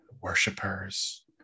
worshippers